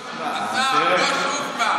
לא שוב פעם, לא כדאי.